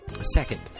Second